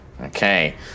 Okay